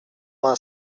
vingt